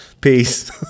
Peace